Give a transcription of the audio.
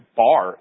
bar